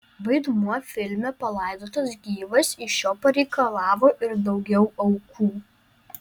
vaidmuo filme palaidotas gyvas iš jo pareikalavo ir daugiau aukų